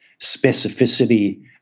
specificity